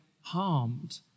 harmed